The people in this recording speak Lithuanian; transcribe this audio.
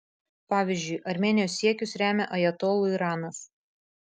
pavyzdžiui armėnijos siekius remia ajatolų iranas